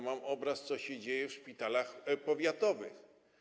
Mam obraz, co się dzieje w szpitalach powiatowych.